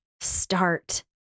start